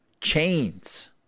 chains